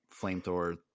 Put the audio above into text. flamethrower